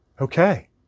okay